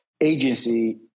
agency